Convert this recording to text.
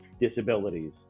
disabilities